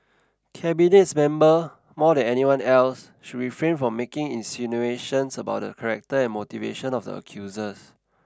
cabinets member more than anyone else should refrain from making insinuations about the character and motivations of the accusers